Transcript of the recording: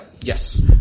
Yes